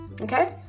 okay